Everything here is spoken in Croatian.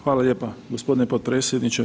Hvala lijepa gospodine potpredsjedniče.